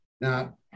Now